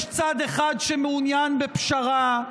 יש צד שמעוניין בפשרה,